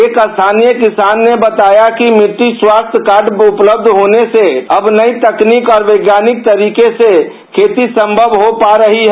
एक स्थानीय किसान ने बताया कि मिट्टी स्वास्थ्य कार्ड उपलब्ध होने से अब नई तकनीक और वैज्ञानिक तरीके से खेती संभव हो पा रही है